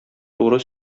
туры